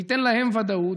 זה ייתן להם ודאות,